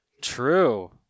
True